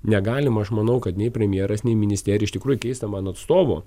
negalima aš manau kad nei premjeras nei ministerija iš tikrųjų keista mano atstovo